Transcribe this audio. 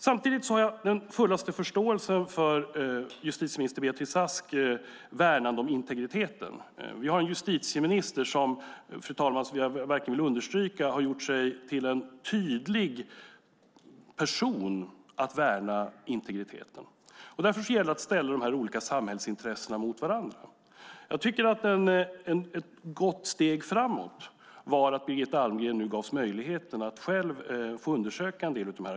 Samtidigt har jag den fullaste förståelse för justitieminister Beatrice Asks värnande om integriteten. Jag vill verkligen understryka, fru talman, och vi har en justitieminister som har gjort sig till en tydlig talesperson för att värna integriteten. Därför gäller det att ställa dessa olika samhällsintressen mot varandra. Ett gott steg framåt var att Birgitta Almgren gavs möjligheten att själv få undersöka en del av arkiven.